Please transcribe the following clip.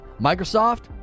Microsoft